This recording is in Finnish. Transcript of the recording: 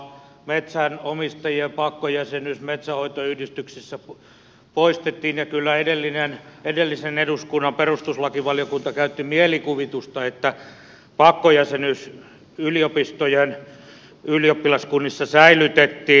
metsänomistajien pakkojäsenyys metsänhoitoyhdistyksissä poistettiin ja kyllä edellisen eduskunnan perustuslakivaliokunta käytti mielikuvitusta että pakkojäsenyys yliopistojen ylioppilaskunnissa säilytettiin